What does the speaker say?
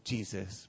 Jesus